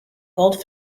called